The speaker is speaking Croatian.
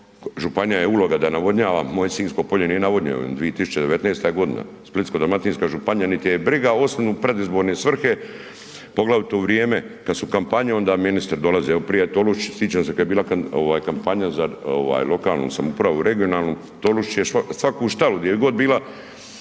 županija je uloga da navodnjava, moje Sinjsko polje nije navodnjeno, 2019. g., Splitsko-dalmatinska županija niti je briga, osim u predizborne svrhe poglavito u vrijeme kad su kampanje onda ministri dolaze. Evo prije Tolušić, sjećam se kad je bila kampanja za lokalnu samoupravu i regionalnu, Tolušić je svaku štalu gdje je god bila